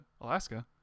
Alaska